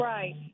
Right